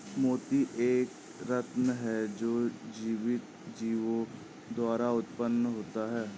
मोती एक रत्न है जो जीवित जीवों द्वारा उत्पन्न होता है